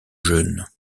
jeune